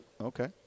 okay